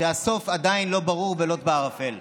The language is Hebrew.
כשהסוף עדיין לא ברור ולוט בערפל.